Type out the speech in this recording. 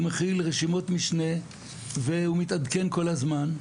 מכיל רשימות משנה והוא מתעדכן כל הזמן.